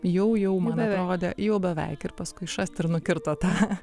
jau jau man atrodė jau beveik ir paskui šast ir nukirto tą